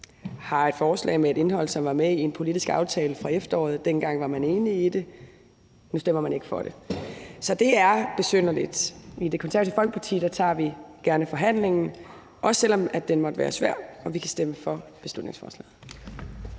har et forslag med et indhold, som var med i en politisk aftale fra efteråret, og dengang var man enig i det, men nu stemmer man ikke for det. Så det er besynderligt. I Det Konservative Folkeparti tager vi gerne forhandlingen, også selv om den måtte være svær. Vi kan stemme for beslutningsforslaget.